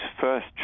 first